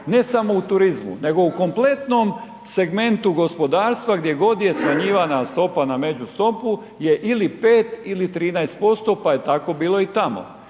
ne samo u turizmu nego i kompletnom segmentu gospodarstva gdje god je smanjivana stopa na međustopu je ili 5 ili 13% pa je tako bilo i tamo.